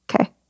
Okay